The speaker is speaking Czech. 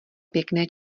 pěkné